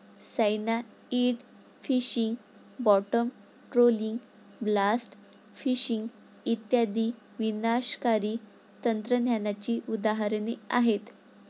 cyanide fishing, bottom trawling, blast fishing इत्यादी विनाशकारी तंत्रज्ञानाची उदाहरणे आहेत